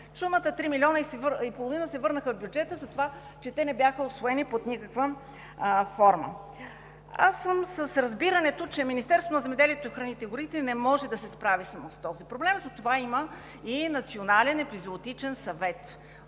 чумата, три милиона и половина се върнаха в бюджета затова, че не бяха усвоени под никаква форма. Аз съм с разбирането, че Министерството на земеделието, храните и горите не може да се справи самó с този проблем, затова има и Националния епизоотичен съвет,